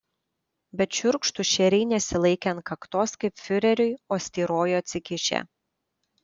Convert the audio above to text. bet šiurkštūs šeriai nesilaikė ant kaktos kaip fiureriui o styrojo atsikišę